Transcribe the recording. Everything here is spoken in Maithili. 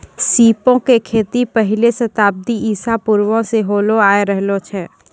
सीपो के खेती पहिले शताब्दी ईसा पूर्वो से होलो आय रहलो छै